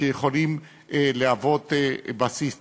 שיכולים להוות בסיס תעסוקתי.